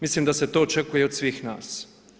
Mislim da se to očekuje od svih nas.